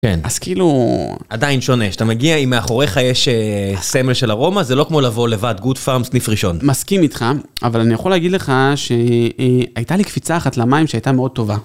כן, אז כאילו, עדיין שונה, כשאתה מגיע, אם מאחוריך יש סמל של ארומה, זה לא כמו לבוא לבד, גוד פרמס סניף ראשון. מסכים איתך, אבל אני יכול להגיד לך שהייתה לי קפיצה אחת למים שהייתה מאוד טובה.